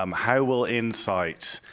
um how will insight